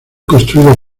construido